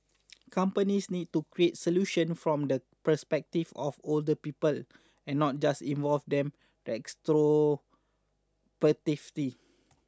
companies need to create solutions from the perspective of older people and not just involve them retrospectively